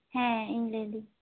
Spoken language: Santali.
ᱦᱮᱸ ᱤᱧ ᱞᱟᱹ ᱮᱫᱟᱹᱧ